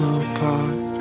apart